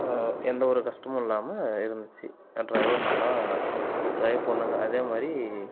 எந்தவொரு கஷ்டமும் இல்லாமல் இருந்துச்சி என் டிரைவர் நல்லா ட்ரைவ் பண்ணாங்க அதேமாரி